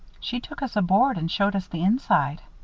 she took us aboard and showed us the inside.